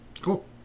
cool